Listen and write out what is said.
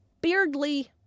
beardly